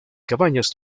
cabañas